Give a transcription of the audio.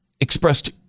expressed